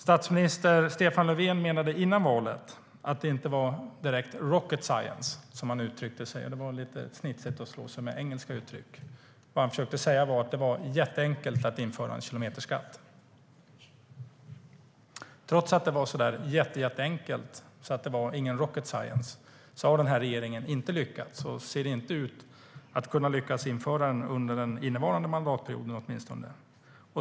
Statsminister Stefan Löfven menade före valet att det inte var direkt "rocket science", som han uttryckte det - det var lite snitsigt att säga det på engelska. Vad han försökte säga var att det var jätteenkelt att införa en kilometerskatt. Trots att det var så jätteenkelt att det inte var någon rocket science har den här regeringen inte lyckats och ser inte ut att kunna lyckas införa den under den innevarande mandatperioden.